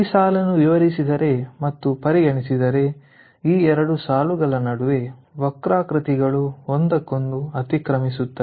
ಈ ಸಾಲನ್ನು ವಿಸ್ತರಿಸಿದರೆ ಮತ್ತು ಪರಿಗಣಿಸಿದರೆ ಈ 2 ಸಾಲುಗಳ ನಡುವೆ ವಕ್ರಾಕೃತಿಗಳು ಒಂದಕ್ಕೊಂದು ಅತಿಕ್ರಮಿಸುತ್ತವೆ